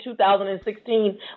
2016